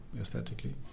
aesthetically